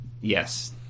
Yes